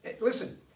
Listen